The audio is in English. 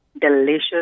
delicious